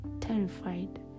terrified